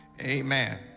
Amen